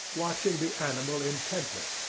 watching the animal intently,